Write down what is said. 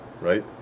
right